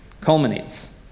culminates